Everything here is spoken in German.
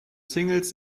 singles